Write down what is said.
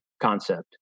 concept